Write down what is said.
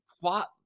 plot